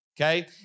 Okay